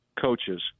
coaches